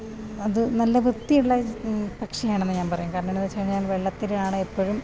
അതു നല്ല വൃത്തിയുള്ള പക്ഷി ആണെന്നു ഞാൻ പറയും കാരണം എന്നാന്നു വച്ചുകഴിഞ്ഞാൽ വെള്ളത്തിലാണ് എപ്പോഴും